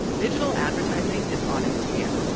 digital advertising is on a tear.